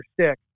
stick